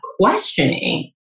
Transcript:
questioning